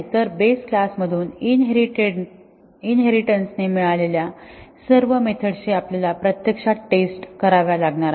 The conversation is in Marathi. तर बेस क्लासमधून इनहेरिटेन्स ने मिळालेल्या सर्व मेथड्सची आपल्याला प्रत्यक्षात टेस्ट कराव्या लागणार आहेत